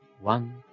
one